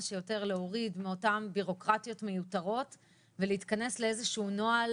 שיותר להוריד מאותה בירוקרטיה מיותרת ולהתכנס לנוהל